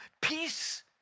peace